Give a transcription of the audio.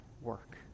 work